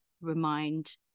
remind